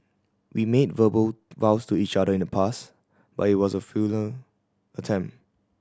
we made verbal vows to each other in the past but it was a attempt